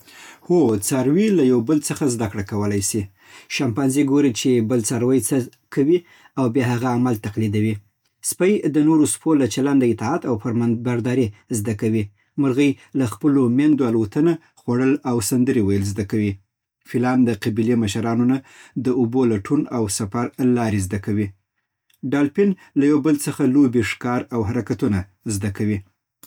هو، څاروي له یو بل څخه زده کړه کولی سي. شامپانزي ګوري چې بل څاروی څه کوي او بیا هغه عمل تقلیدوي. سپي د نورو سپو له چلنده اطاعت او فرمانبرداري زده کوي. مرغۍ له خپلو مېندو الوتنه، خوړل او سندرې ویل زده کوي. فیلان د قبیلې مشرانو نه د اوبو لټون او سفر لارې زده کوي. ډالفین له یو بل څخه لوبې، ښکار او حرکتونه زده کوي.